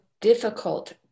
difficult